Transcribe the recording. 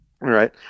right